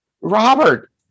Robert